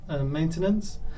maintenance